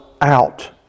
out